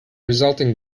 resulting